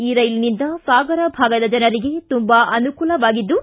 ಈ ರೈಲಿನಿಂದ ಸಾಗರ ಭಾಗದ ಜನರಿಗೆ ತುಂಬಾ ಅನುಕೂಲವಾಗಿದ್ದು